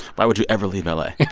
why would you ever leave ah la?